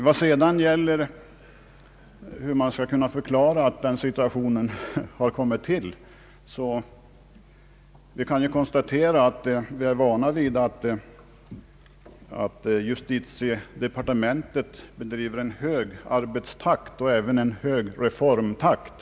När det gäller att förklara hur den situationen har uppkommit kan vi konstatera att vi är vana vid att justitiedepartementet håller en hög arbetstakt och även en hög reformtakt.